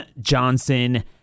Johnson